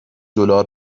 دلار